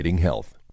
health